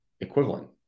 equivalent